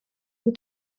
the